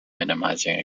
minimizing